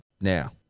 Now